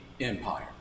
empire